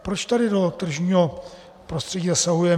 Proč tady do tržního prostředí zasahujeme?